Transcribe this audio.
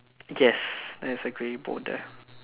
yes there's a grey border